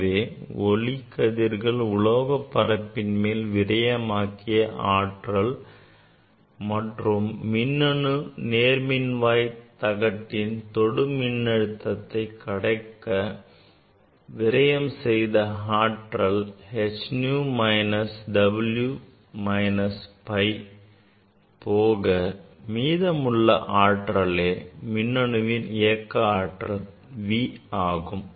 எனவே ஒளிக்கதிர்கள் உலோக பரப்பின் மேல் விரையமாக்கிய ஆற்றல் மற்றும் மின்னணு நேர்மின்வாய் தகட்டின் தொடு மின்னழுத்தத்தை கடக்க விரையம் செய்த ஆற்றல் h nu minus W minus phi போக மீதமுள்ள ஆற்றலே மின்னணுவின் இயக்க ஆற்றல் V ஆகும்